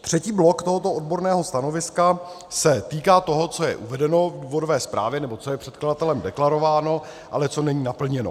Třetí blok tohoto odborného stanoviska se týká toho, co je uvedeno v důvodové zprávě, nebo co je předkladatelem deklarováno, ale co není naplněno.